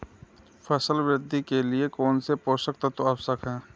फसल वृद्धि के लिए कौनसे पोषक तत्व आवश्यक हैं?